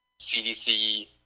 CDC